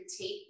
take